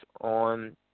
on